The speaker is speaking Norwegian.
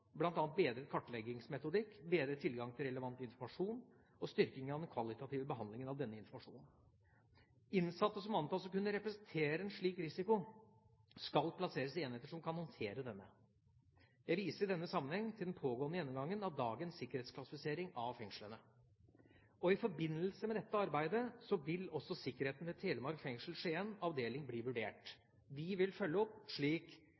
kartleggingsmetodikk, bedret tilgang til relevant informasjon og styrking av den kvalitative behandlingen av denne informasjonen. Innsatte som antas å kunne representere en slik risiko, skal plasseres i enheter som kan håndtere denne. Jeg viser i denne sammenheng til den pågående gjennomgangen av dagens sikkerhetsklassifisering av fengslene. I forbindelse med dette arbeidet vil også sikkerheten ved Telemark fengsel, Skien avdeling bli vurdert. Vi vil følge opp, slik